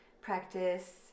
practice